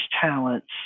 talents